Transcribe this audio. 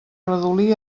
redolí